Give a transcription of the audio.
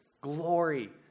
glory